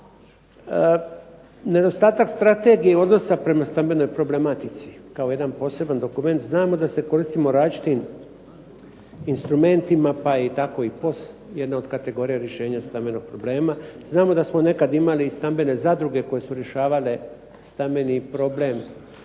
nedostatak strategije odnosa prema stambenoj problematici kao jedan poseban dokument. Znamo da se koristimo različitim instrumentima pa je tako i POS jedna od kategorija rješenja stambenog problema. Znamo da smo nekad imali i stambene zadruge koje su rješavale stambeni problem